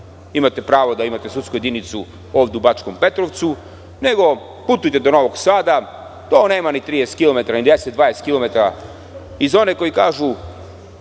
imate pravo da imate sudsku jedinicu ovde u Bačkom Petrovcu, nego putujte do Novog Sada, to nema ni 30 kilometara, 10, 20 kilometara, i za one koji kažu